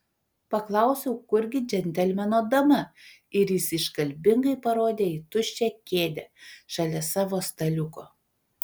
paklausiau kur gi džentelmeno dama ir jis iškalbingai parodė į tuščią kėdę šalia savo staliuko